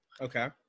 Okay